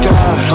God